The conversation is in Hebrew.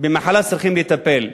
במחלה צריך לטפל,